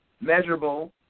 measurable